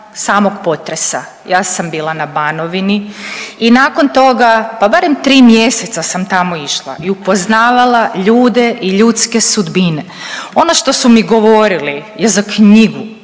samog potresa ja sam bila na Banovini i nakon toga, pa barem 3 mjeseca sam tamo išla i upoznavala ljude i ljudske sudbine. Ono što su mi govorili je za knjigu